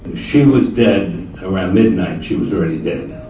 she was dead, around midnight she was already dead.